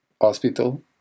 hospital